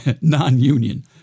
non-union